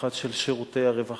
במיוחד של שירותי הרווחה: